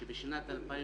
בשנת 2001